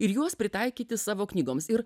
ir juos pritaikyti savo knygoms ir